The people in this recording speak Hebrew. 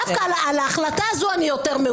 אמרתי שדווקא על ההחלטה הזאת אני מאוכזבת,